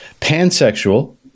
pansexual